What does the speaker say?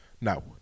no